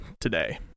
today